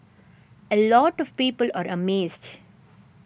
a lot of people are amazed